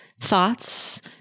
thoughts